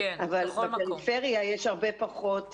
אבל בפריפריה יש הרבה פחות